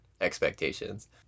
expectations